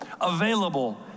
available